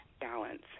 Balance